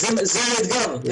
זה האתגר.